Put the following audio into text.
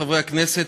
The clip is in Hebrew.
חברי הכנסת,